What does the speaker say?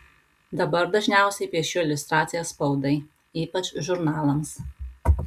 dabar dažniausiai piešiu iliustracijas spaudai ypač žurnalams